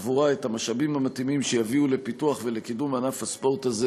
עבורה את המשאבים המתאימים שיביאו לפיתוח ולקידום ענף הספורט הזה,